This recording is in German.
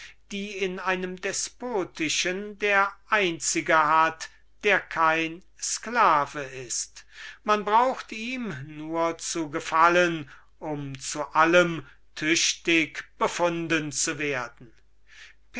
die in einem despotischen staate der einzige hat der kein sklave ist man braucht ihm nur zu gefallen um zu allem tüchtig befunden zu werden